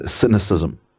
cynicism